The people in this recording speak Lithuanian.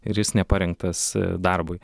ir jis neparengtas darbui